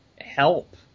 help